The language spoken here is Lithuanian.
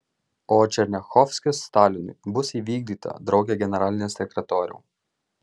o černiachovskis stalinui bus įvykdyta drauge generalinis sekretoriau